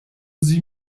sie